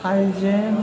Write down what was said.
हाइजें